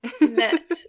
met